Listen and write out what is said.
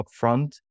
upfront